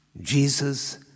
Jesus